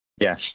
Yes